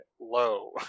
low